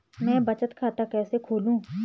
मैं बचत खाता कैसे खोलूँ?